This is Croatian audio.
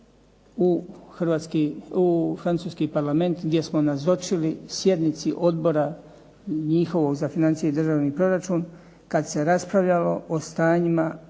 sabora u francuski Parlament gdje smo nazočili sjednici odbora njihovog za financije i državni proračun kad se raspravljalo o stanjima